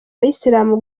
abayisilamu